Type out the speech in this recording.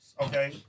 Okay